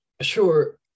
Sure